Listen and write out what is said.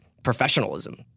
professionalism